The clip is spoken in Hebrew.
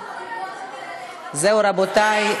זהו, רבותי.